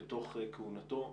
בתוך כהונתו.